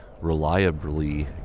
reliably